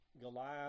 Goliath